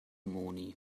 moni